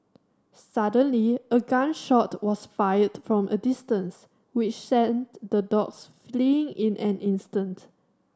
suddenly a gun shot was fired from a distance which sent the dogs fleeing in an instant